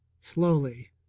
slowly